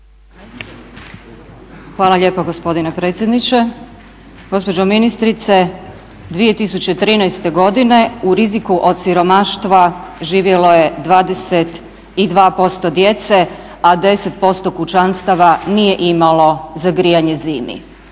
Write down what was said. Hvala lijepo gospodine predsjedniče. Gospođo ministrice, 2013.godine u riziku od siromaštva živjelo je 22% djece, a 10% kućanstava nije imalo za grijanje zimi